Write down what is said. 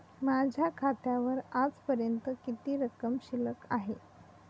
माझ्या खात्यावर आजपर्यंत किती रक्कम शिल्लक आहे?